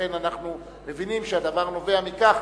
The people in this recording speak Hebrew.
ולכן אנחנו מבינים שהדבר נובע מכך